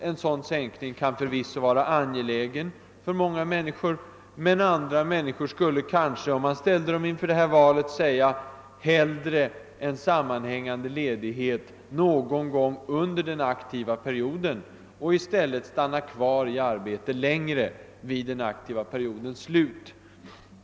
En sådan sänkning kan förvisso vara angelägen för många människor, men andra människor skulle kanske, om man ställde dem inför detta val, säga att de hellre ville ha en sammanhängande ledighet någon gång under den aktiva perioden och i gengäld stanna kvar i arbetet litet längre vid den aktiva periodens slut.